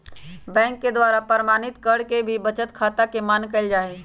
bank के द्वारा प्रमाणित करे पर ही बचत खाता के मान्य कईल जाहई